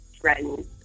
threaten